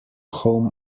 home